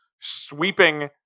sweeping